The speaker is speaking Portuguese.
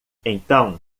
então